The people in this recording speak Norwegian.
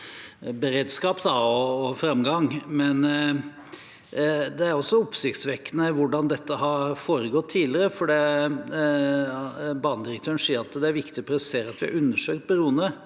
det er oppsiktsvekkende hvordan dette har foregått tidligere. Banedirektøren sier det er viktig å presisere at de har undersøkt bruene,